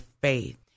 faith